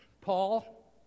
Paul